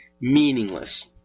meaningless